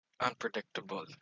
Unpredictable